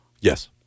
Yes